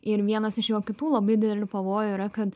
ir vienas iš jo kitų labai didelių pavojų yra kad